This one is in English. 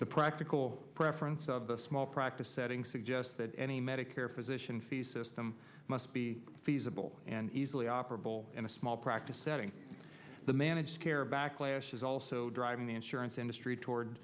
the practical preference of the small practice setting suggests that any medicare physician fee system must be feasible and easily operable in a small practice setting the managed care backlash is also driving the insurance industry toward